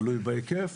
תלוי בהיקף.